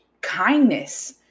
kindness